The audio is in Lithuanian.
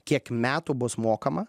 kiek metų bus mokama